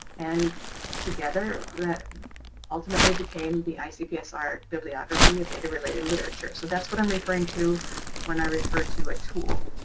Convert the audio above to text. and together that ultimately ultimately became the icpsr bibliography of data related literature. so that's what i'm referring to when i refer to a tool